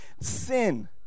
Sin